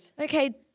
Okay